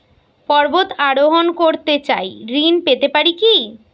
পর্বত আরোহণ করতে চাই ঋণ পেতে পারে কি?